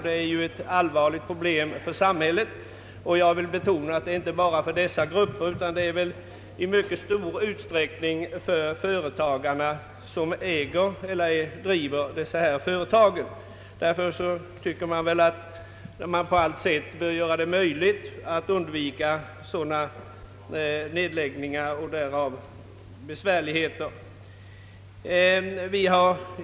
Det är ju ett all varligt problem för samhället. Jag vill betona att problemet gäller inte bara de anställda och samhället, utan i mycket stor utsträckning också företagarna som äger eller driver dessa företag. Därför bör man på allt sätt söka undvika sådana nedläggningar och därav följande besvärligheter.